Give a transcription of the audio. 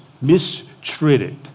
mistreated